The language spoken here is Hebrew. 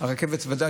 הרכבת ודאי,